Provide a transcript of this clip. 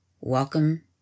welcome